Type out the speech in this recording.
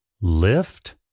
lift